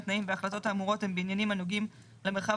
התנאים וההחלטות האמורות הם בעניינים הנוגעים למרחב